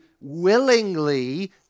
willingly